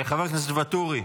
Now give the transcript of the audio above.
חבר הכנסת ואטורי,